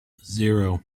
zero